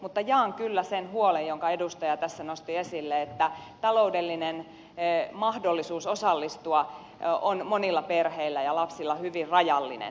mutta jaan kyllä sen huolen jonka edustaja tässä nosti esille että taloudellinen mahdollisuus osallistua on monilla perheillä ja lapsilla hyvin rajallinen